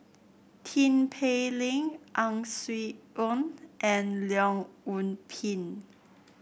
Tin Pei Ling Ang Swee Aun and Leong Yoon Pin